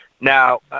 Now